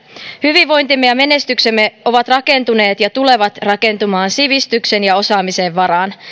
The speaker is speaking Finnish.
hyvinvointimme ja menestyksemme ovat rakentuneet ja tulevat rakentumaan sivistyksen ja osaamisen varaan